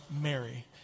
Mary